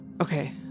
Okay